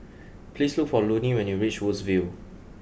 please look for Loney when you reach Woodsville